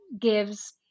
gives